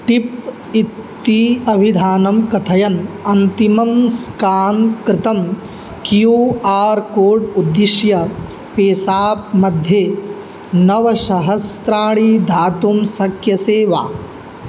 tip इति अविधानं कथयन् अन्तिमं स्कान् कृतं क्यू आर् कोड् उद्दिश्य पेसाप् मध्ये नवसहस्राणि दातुं शक्यसे वा